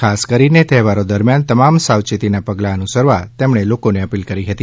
ખાસ કરીને તહેવારો દરમિયાન તમામ સાવચેતીના પગલા અનુસરવા તેમણે લોકોને અપીલ કરી હતી